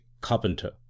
carpenter